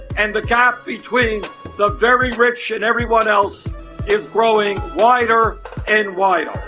and the gap between the very rich and everyone else is growing wider and wider.